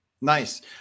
Nice